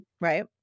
right